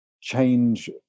change